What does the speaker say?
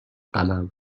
قلم